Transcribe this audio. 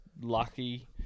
lucky